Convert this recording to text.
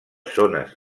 zones